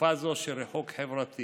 בתקופה זו של ריחוק חברתי